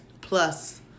plus